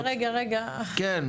רגע, רגע, רגע.